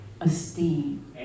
esteem